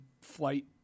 flight